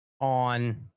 on